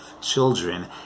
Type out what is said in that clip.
children